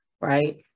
right